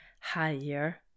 higher